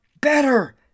better